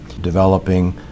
developing